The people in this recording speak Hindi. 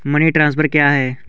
मनी ट्रांसफर क्या है?